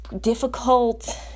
difficult